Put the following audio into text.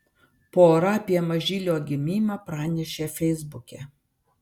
pora apie mažylio gimimą pranešė feisbuke